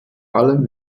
allem